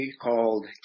called